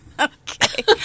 Okay